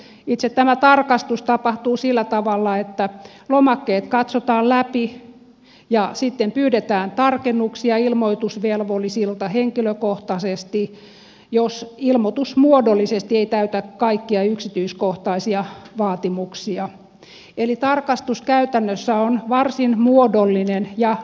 sitten itse tämä tarkastus tapahtuu sillä tavalla että lomakkeet katsotaan läpi ja sitten pyydetään tarkennuksia ilmoitusvelvollisilta henkilökohtaisesti jos ilmoitus muodollisesti ei täytä kaikkia yksityiskohtaisia vaatimuksia eli tarkastus käytännössä on varsin muodollinen ja näennäinen